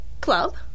club